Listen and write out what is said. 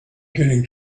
getting